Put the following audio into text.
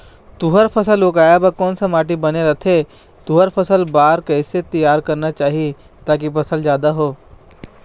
तुंहर फसल उगाए बार कोन सा माटी बने रथे तुंहर फसल बार कैसे तियारी करना चाही ताकि फसल जादा हो?